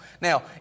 Now